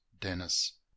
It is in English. Dennis